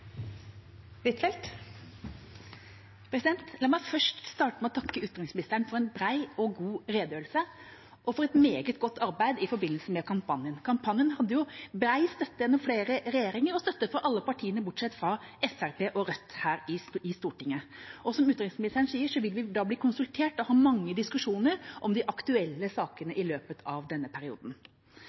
La meg starte med å takke utenriksministeren for en bred og god redegjørelse og for et meget godt arbeid i forbindelse med kampanjen. Kampanjen hadde jo bred støtte gjennom flere regjeringer og støtte fra alle partiene bortsett fra Fremskrittspartiet og Rødt her i Stortinget. Og som utenriksministeren sier, vil vi bli konsultert og ha mange diskusjoner om de aktuelle sakene i løpet av denne perioden.